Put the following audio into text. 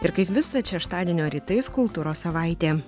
ir kaip visad šeštadienio rytais kultūros savaitė